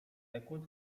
sekund